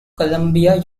columbia